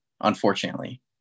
unfortunately